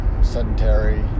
sedentary